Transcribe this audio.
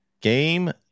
Game